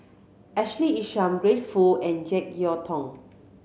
Ashley Isham Grace Fu and Jek Yeun Thong